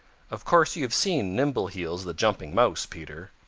of course you have seen nimbleheels the jumping mouse, peter.